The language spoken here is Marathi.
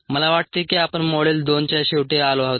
मला वाटते की आपण मॉड्यूल 2 च्या शेवटी आलो आहोत